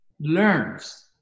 learns